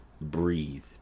breathe